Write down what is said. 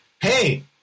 Hey